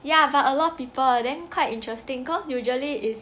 ya but a lot of people then quite interesting cause usually is